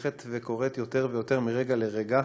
שהולכת וקורית יותר ויותר מרגע לרגע,